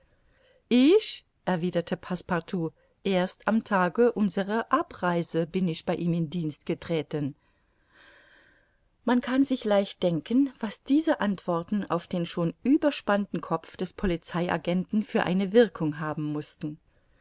ich erwiderte passepartout erst am tage unserer abreise bin ich bei ihm in dienst getreten man kann sich leicht denken was diese antworten auf den schon überspannten kopf des polizei agenten für eine wirkung haben mußten